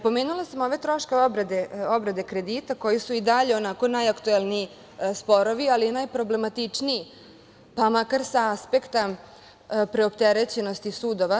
Pomenula sam ove troškove obrade kredita koji su i dalje onako najaktuelniji sporovi, ali i najproblematičniji, pa makar sa aspekta preopterećenosti sudova.